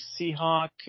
seahawk